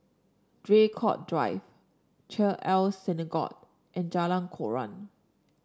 Draycott Drive Chesed El Synagogue and Jalan Koran